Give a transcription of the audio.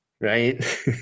right